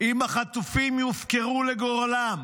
אם החטופים יופקרו לגורלם,